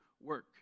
work